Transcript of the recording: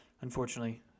unfortunately